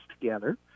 together